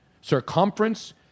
circumference